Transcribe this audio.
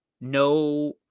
no